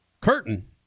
curtain